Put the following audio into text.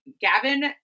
Gavin